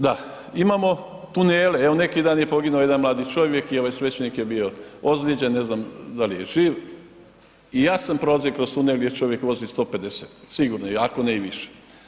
Da, imamo tunele, evo neki dan je poginuo jedan mladi čovjek i ovaj svećenik je bio ozlijeđen, ne znam da li je živ i ja sam prolazio kroz tunel gdje čovjek vozi 150, sigurno i ako ne i više.